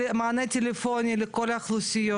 מענה טלפוני לכל האוכלוסיות,